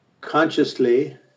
consciously